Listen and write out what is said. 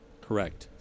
Correct